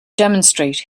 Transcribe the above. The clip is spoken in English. demonstrate